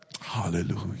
Hallelujah